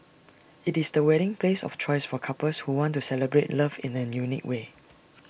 IT is the wedding place of choice for couples who want to celebrate love in an unique way